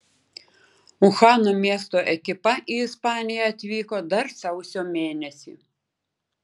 uhano miesto ekipa į ispaniją atvyko dar sausio mėnesį